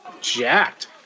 jacked